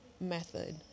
method